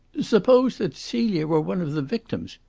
suppose that celia were one of the victims?